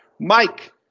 Mike